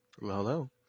Hello